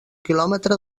quilòmetre